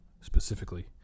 specifically